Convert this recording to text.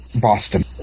Boston